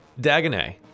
Dagonet